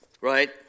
Right